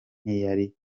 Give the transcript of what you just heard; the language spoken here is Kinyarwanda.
ntiyari